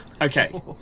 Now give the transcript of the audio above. Okay